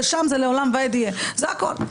זה שם זה לעולם ועד יהיה זה הכל.